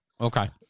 Okay